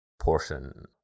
portion